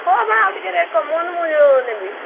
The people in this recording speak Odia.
ହଁ ମାଁ ଆଉ ଟିକିଏ ରେଟ୍ କମଉନୁ ମୁଁ ନେବି